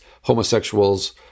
homosexuals